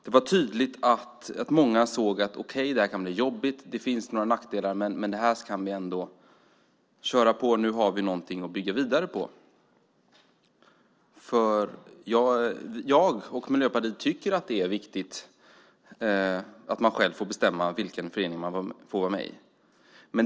Det var tydligt att många såg att detta kunde bli jobbigt och att det fanns några nackdelar men att det ändå var en början och något att bygga vidare på. Jag och Miljöpartiet tycker att det är viktigt att man själv får bestämma vilken förening man ska vara med i.